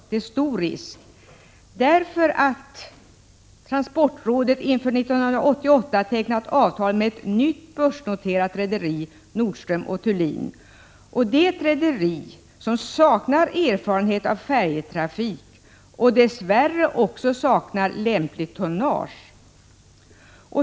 Det är stor risk, eftersom transportrådet inför 1988 tecknat avtal med ett nytt, börsnoterat rederi, Nordström & Thulin. Det är ett rederi som saknar erfarenhet av färjetrafik och dess värre också saknar lämpligt tonnage.